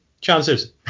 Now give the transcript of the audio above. chances